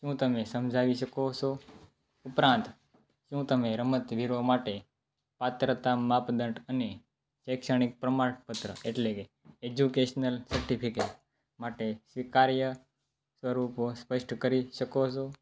શું તમે સમજાવી શકો છો ઉપરાંત શું તમે રમતવીરો માટે પાત્રતા માપદંડ અને શૈક્ષણિક પ્રમાણપત્ર એટલે કે એજ્યુકેશનલ સટિફિકેટ માટે સ્વીકાર્ય સ્વરુપો સ્પષ્ટ કરી શકો છો